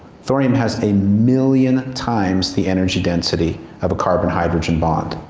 thorium has a million times the energy density of a carbon-hydrogen bond.